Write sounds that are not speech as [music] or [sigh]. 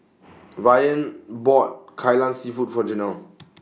[noise] Ryne bought Kai Lan Seafood For Janelle